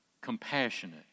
compassionate